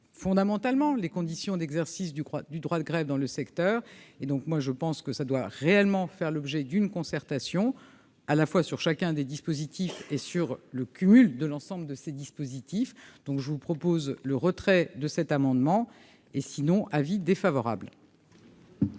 fondamentalement les conditions d'exercice du croate du droit de grève dans le secteur et donc moi je pense que ça doit réellement faire l'objet d'une concertation à la fois sur chacun des dispositifs et sur le cumul de l'ensemble de ces dispositifs donc je vous propose le retrait de cet amendement et sinon avis défavorable.